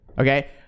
Okay